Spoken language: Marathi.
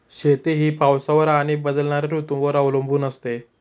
शेती ही पावसावर आणि बदलणाऱ्या ऋतूंवर अवलंबून असते